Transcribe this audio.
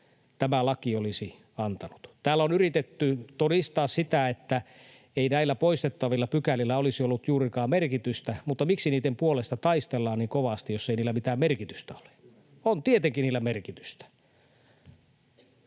tämä laki olisi antanut. Täällä on yritetty todistaa, että ei näillä poistettavilla pykälillä olisi ollut juurikaan merkitystä, mutta miksi niiden puolesta taistellaan niin kovasti, jos ei niillä mitään merkitystä ole. On tietenkin niillä merkitystä.